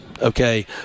okay